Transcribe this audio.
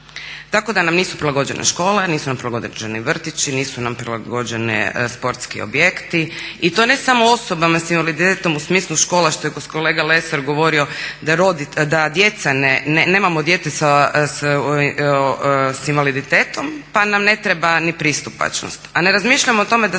Tako da nam nisu prilagođene škole, nisu nam prilagođeni vrtići, nisu nam prilagođeni sportski objekti i to ne samo osobama sa invaliditetom u smislu škola što je kolega Lesar govorio da djeca, nemamo djece sa invaliditetom pa nam ne treba ni pristupačnost. A ne razmišljamo o tome da